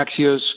Axios